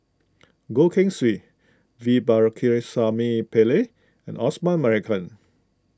Goh Keng Swee V Pakirisamy Pillai and Osman Merican